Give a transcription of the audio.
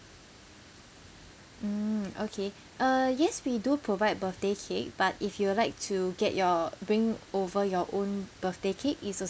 mm okay uh yes we do provide birthday cake but if you would like to get your bring over your own birthday cake it's